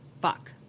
Fuck